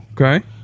Okay